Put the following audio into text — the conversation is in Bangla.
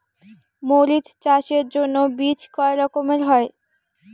মরিচ চাষের জন্য বীজ কয় রকমের হয়?